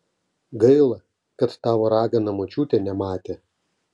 gaila kad tavo ragana močiutė nematė